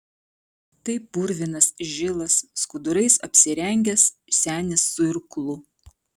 tai purvinas žilas skudurais apsirengęs senis su irklu